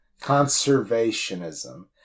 Conservationism